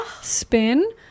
spin